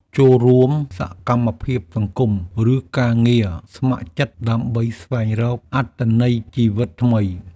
ចូលរួមសកម្មភាពសង្គម ឬការងារស្ម័គ្រចិត្ត ដើម្បីស្វែងរកអត្ថន័យជីវិតថ្មី។